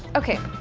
ok,